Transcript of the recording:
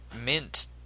mint